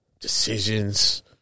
Decisions